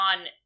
on